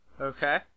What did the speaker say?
Okay